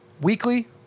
weekly